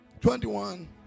twenty-one